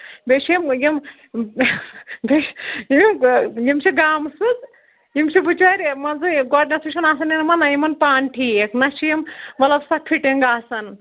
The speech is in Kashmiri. بیٚیہِ چھِ یِم یِم بیٚیہِ چھِ یِم یِم چھِ گامہٕ سٕژ یِم چھِ بِچٲرۍ مان ژٕ گۄڈٕنیتھٕے چھُنہٕ آسان یِنہٕ ما نہ یِمن پانہٕ ٹھیٖک نہ چھِ یِم مطلب سۄ فِٹِنگ آسان